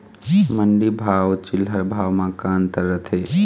मंडी भाव अउ चिल्हर भाव म का अंतर रथे?